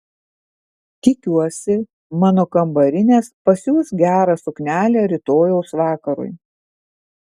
tikiuosi mano kambarinės pasiūs gerą suknelę rytojaus vakarui